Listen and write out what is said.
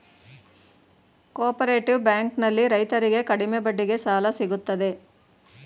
cooperative bank ನಲ್ಲಿ ರೈತರಿಗೆ ಕಡಿಮೆ ಬಡ್ಡಿಗೆ ಸಾಲ ಸಿಗುತ್ತದೆ